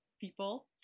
people